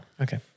Okay